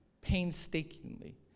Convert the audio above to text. painstakingly